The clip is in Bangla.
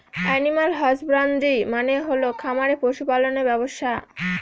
এনিম্যাল হসবান্দ্রি মানে হল খামারে পশু পালনের ব্যবসা